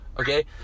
Okay